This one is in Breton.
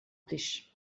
plij